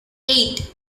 eight